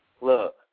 Look